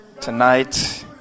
tonight